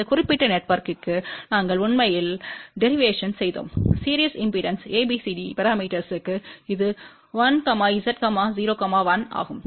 இந்த குறிப்பிட்ட நெட்வொர்க்கிற்கு நாங்கள் உண்மையில் டெரிவேஷன்ஸ்லைச் செய்தோம் சீரிஸ் இம்பெடன்ஸ்க்கான ABCD பரமீட்டர்ஸ்வுக்கு இது 1 Z 0 1 ஆகும்